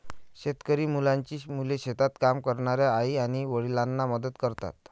शेतकरी मुलांची मुले शेतात काम करणाऱ्या आई आणि वडिलांना मदत करतात